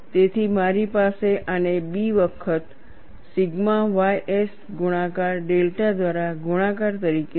તેથી મારી પાસે આને B વખત સિગ્મા ys ગુણાકાર ડેલ્ટા દ્વારા ગુણાકાર તરીકે છે